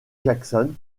jackson